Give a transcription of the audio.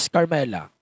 Carmela